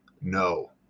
No